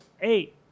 eight